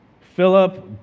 Philip